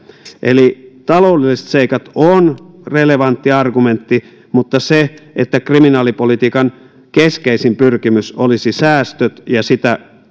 eli taloudelliset seikat ovat relevantti argumentti mutta se että kriminaalipolitiikan keskeisin pyrkimys olisi säästöt ja sitä